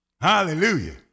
Hallelujah